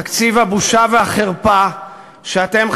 תקציב הבושה והחרפה שאתם,